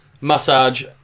massage